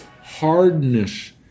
hardness